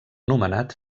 nomenat